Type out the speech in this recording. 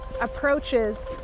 approaches